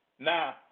Now